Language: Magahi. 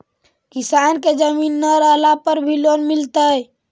किसान के जमीन न रहला पर भी लोन मिलतइ?